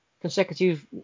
consecutive